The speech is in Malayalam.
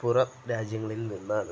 പുറം രാജ്യങ്ങളിൽ നിന്നാണ്